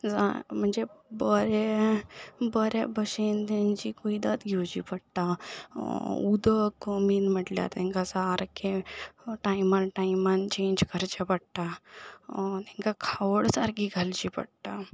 म्हणचे बरें बरे भशेन तांची कुयदाद घेवची पडटा उदक मेन म्हटल्यार तांकां सारकें टायमान टायमान चॅंज करचें पडटा तांकां खावड सारकी घालची पडटा